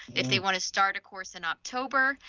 if they wanna start a course in october,